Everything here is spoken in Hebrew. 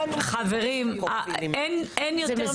חברים, אין יותר מכם.